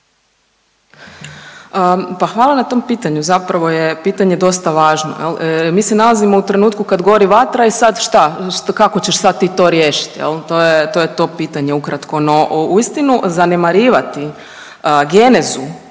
Pa hvala na tom pitanju. Zapravo je pitanje dosta važno. Mi se nalazimo u trenutku kad gori vatra i sad šta? Kako ćeš sad ti to riješiti, je li, to je to pitanje ukratko. No, uistinu zanemarivati genezu